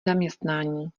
zaměstnání